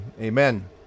Amen